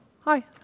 Hi